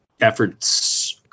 efforts